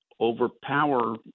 overpower